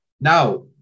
Now